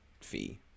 fee